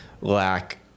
lack